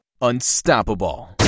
unstoppable